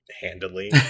Handily